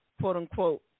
quote-unquote